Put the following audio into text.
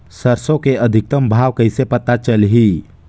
सरसो के अधिकतम भाव कइसे पता चलही?